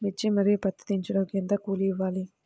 మిర్చి మరియు పత్తి దించుటకు ఎంత కూలి ఇవ్వాలి?